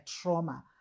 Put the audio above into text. trauma